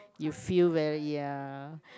you feel very ya